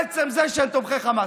עצם זה שהם תומכי חמאס.